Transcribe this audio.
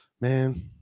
man